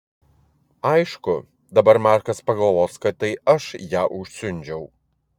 aišku dabar markas pagalvos kad tai aš ją užsiundžiau